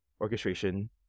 orchestration